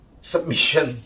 submission